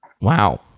wow